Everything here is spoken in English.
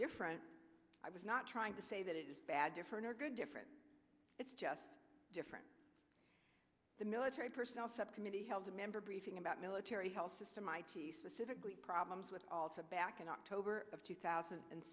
different i was not trying to say that it was bad different or good different it's just different the military personnel subcommittee held a member briefing about military health system i t specifically problems with all the back in october of two thousand and